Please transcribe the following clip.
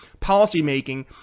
policymaking